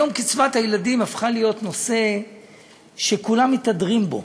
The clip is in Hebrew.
היום קצבת הילדים הפכה להיות נושא שכולם מתהדרים בו.